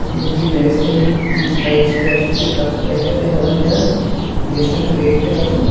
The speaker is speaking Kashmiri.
زِ مےٚ گَژھِ ہا یہِ پرایِس کیاہ چھُو تُہۍ کتھ کیاہ چھو تُہۍ ہیٚوان کِراے یہِ گَژھِ ہا مےٚ ویرِفاے گَژھُن